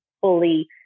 fully